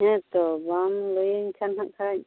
ᱦᱮᱸ ᱛᱚ ᱵᱟᱝ ᱞᱟᱹᱭᱟᱹᱧ ᱠᱷᱟᱱ ᱦᱟᱸᱜ ᱠᱷᱟᱡ